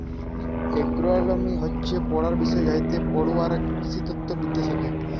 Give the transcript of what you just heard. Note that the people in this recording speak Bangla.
এগ্রলমি হচ্যে পড়ার বিষয় যাইতে পড়ুয়ারা কৃষিতত্ত্ব বিদ্যা শ্যাখে